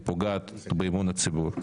היא גם פוגעת באמון הציבור,